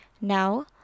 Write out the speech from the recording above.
Now